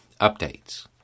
updates